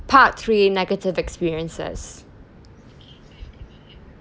part three negative experiences